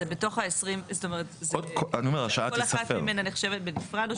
כל אחת ממנה נחשבת בנפרד?